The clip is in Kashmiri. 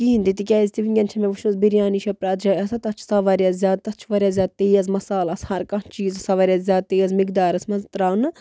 کِہیٖنۍ تہِ تِکیٛاز تہِ وٕنۍکٮ۪ن چھِ مےٚ وٕچھمٕژ بِریانی چھےٚ پرٛٮ۪تھ جایہِ آسان تَتھ چھِ آسان واریاہ زیادٕ تَتھ چھُ واریاہ زیادٕ تیز مصالہٕ آس ہَرٕ کانٛہہ چیٖز آسان واریاہ زیادٕ تیز مِقدارَس منٛز ترٛاونہٕ